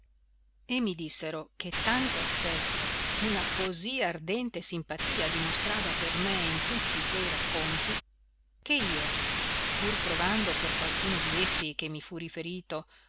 e mi dissero che tanto affetto una così ardente simpatia dimostrava per me in tutti quei racconti che io pur provando per qualcuno di essi che mi fu riferito